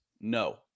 No